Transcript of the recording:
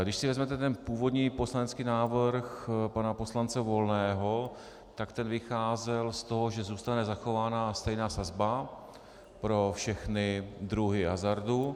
Když si vezmete ten původní poslanecký návrh pana poslance Volného, tak ten vycházel z toho, že zůstane zachována stejná sazba pro všechny druhy hazardu.